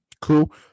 Cool